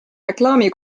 reklaami